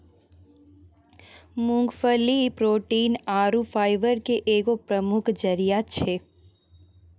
मूंगफली प्रोटीन आरु फाइबर के एगो प्रमुख जरिया छै